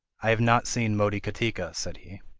i have not seen motikatika said he.